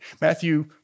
Matthew